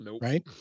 Right